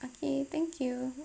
okay thank you